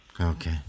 Okay